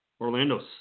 Orlando